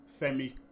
femi